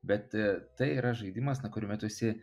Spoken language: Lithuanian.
bet tai yra žaidimas na kuriame tu esi